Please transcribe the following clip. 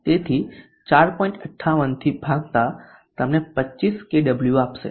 58 થી ભાગતા તમને 25 કેડબલ્યુ આપશે